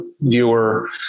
viewer